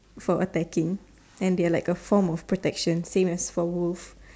for attacking and they are like a form of protection same as for wolf